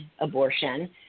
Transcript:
abortion